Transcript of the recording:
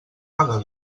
paga